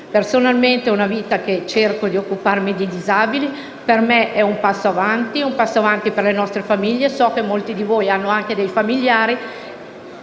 Personalmente, è una vita che cerco di occuparmi di disabili. Per me è un passo avanti ed è un passo avanti per le nostre famiglie. So che molti di voi hanno dei familiari